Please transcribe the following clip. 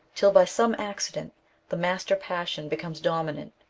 till by some accident the master passion becomes doniinant,